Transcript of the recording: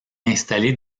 installer